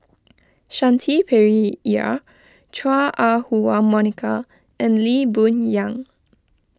Shanti Pereira Chua Ah Huwa Monica and Lee Boon Yang